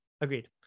agreed